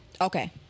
Okay